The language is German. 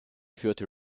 führte